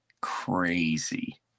crazy